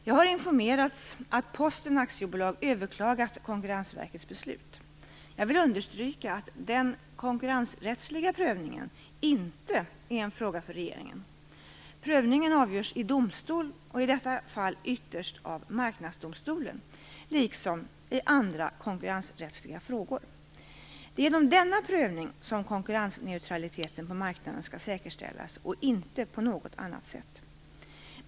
Jag har informerats om att Posten AB har överklagat Konkurrensverkets beslut. Jag vill understryka att den konkurrensrättsliga prövningen inte är en fråga för regeringen. Prövningen avgörs i domstol och i detta fall ytterst av Marknadsdomstolen liksom andra konkurrensrättsliga frågor. Det är genom denna prövning som konkurrensneutraliteten på marknaden skall säkerställas och inte på något annat sätt.